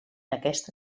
aquesta